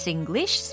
English